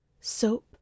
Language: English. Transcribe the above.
soap